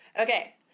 Okay